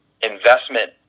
investment